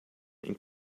and